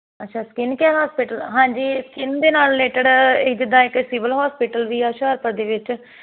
ਅੱਛਾ skin care hospital ਹਾਂਜੀ skin ਦੇ ਨਾਲ ਰਿਲੇਟਡ ਜਿਦਾਂ ਇੱਕ ਸਿਵਲ ਹੋਸਪਿਟਲ ਵੀ ਆ ਹੁਸ਼ਿਆਰਪੁਰ ਦੇ ਵਿੱਚ